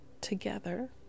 together